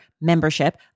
membership